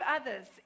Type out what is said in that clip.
others